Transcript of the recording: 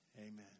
amen